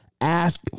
ask